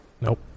Nope